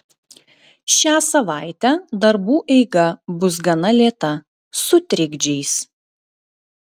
šią savaitę darbų eiga bus gana lėta su trikdžiais